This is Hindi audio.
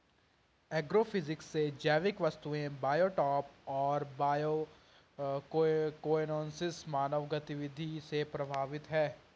एग्रोफिजिक्स से जैविक वस्तुएं बायोटॉप और बायोकोएनोसिस मानव गतिविधि से प्रभावित हैं